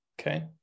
Okay